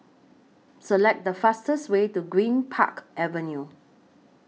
Select The fastest Way to Greenpark Avenue